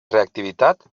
reactivitat